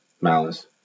Malice